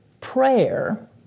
Prayer